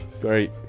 Great